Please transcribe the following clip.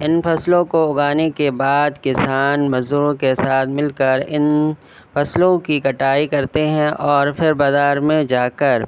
ان فصلوں کو اگانے کے بعد کسان مزدوروں کے ساتھ مل کر ان فصلوں کی کٹائی کرتے ہیں اور پھر بازار میں جا کر